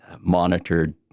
monitored